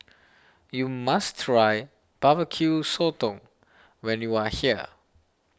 you must try Barbecue Sotong when you are here